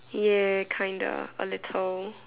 ya kinda a little